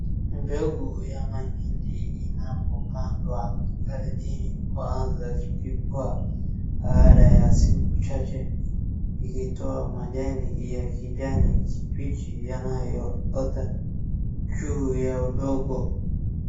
Mbegu ya mahindi inapopandwa ardhini kwanza ikikuwa baada ya siku chache ikitoa majani ya kijani kibichi yanayoota juu ya udongo.